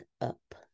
up